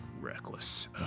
reckless